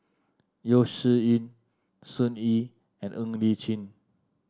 Yeo Shih Yun Sun Yee and Ng Li Chin